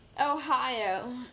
Ohio